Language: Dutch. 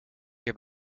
heb